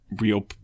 real